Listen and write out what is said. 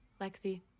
lexi